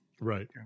Right